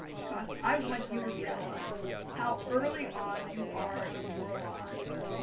because i want you to realize how early on you are in your lives.